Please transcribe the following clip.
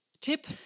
Tip